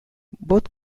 both